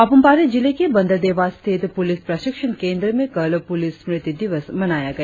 पापुम पारे जिले के बंदरदेवा स्थित पुलिस प्रशिक्षण केंद्र में कल पुलिस स्मृति दिवस मनाया गया